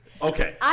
Okay